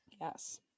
Yes